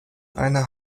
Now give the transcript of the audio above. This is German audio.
einer